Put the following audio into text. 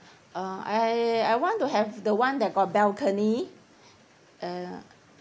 uh I I want to have the [one] that got balcony uh